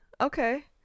okay